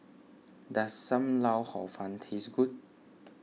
does Sam Lau Hor Fun taste good